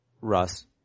Russ